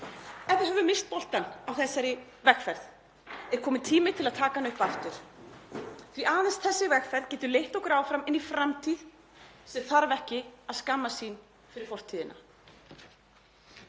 Ef við höfum misst boltann á þessari vegferð er kominn tími til að taka hann upp aftur því að aðeins þessi vegferð getur leitt okkur áfram inn í framtíð sem þarf ekki að skammast sín fyrir fortíðina.